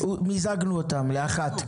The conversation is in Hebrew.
מיזגנו אותן לאחת.